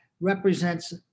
represents